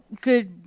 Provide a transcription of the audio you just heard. good